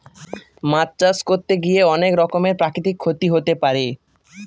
মাছ চাষ করতে গিয়ে অনেক রকমের প্রাকৃতিক ক্ষতি হতে পারে